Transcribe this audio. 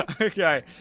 okay